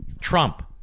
Trump